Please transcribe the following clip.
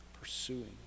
pursuing